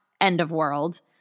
end-of-world